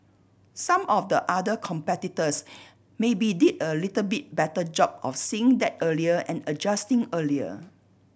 some of the other competitors maybe did a little bit better job of seeing that earlier and adjusting earlier